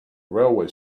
railway